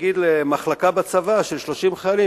יגיד למחלקה בצבא של 30 חיילים,